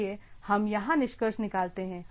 इसलिए हम यहां निष्कर्ष निकालते हैं